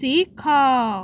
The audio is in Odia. ଶିଖ